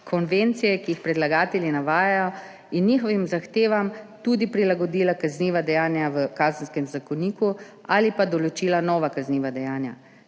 konvencije, ki jih predlagatelji navajajo, in njihovim zahtevam tudi prilagodila kazniva dejanja v Kazenskem zakoniku ali pa določila nova kazniva dejanja.